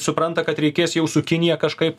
supranta kad reikės jau su kinija kažkaip